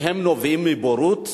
והם נובעים מבורות